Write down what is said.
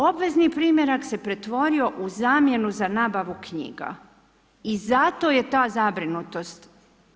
Obvezni primjerak se pretvorio u zamjenu za nabavu knjiga i zato je ta zabrinutost.